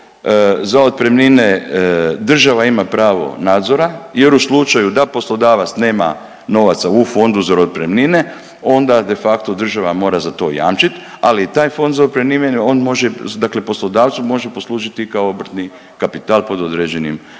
za otpremnine država ima pravo nadzora jer u slučaju da poslodavac nema novaca u Fondu za otpremnine onda de facto država mora za to jamčit, ali taj Fond za otpremnine on može poslodavcu poslužiti kao obrtni kapital pod određenim uvjetima,